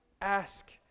Ask